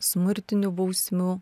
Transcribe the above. smurtinių bausmių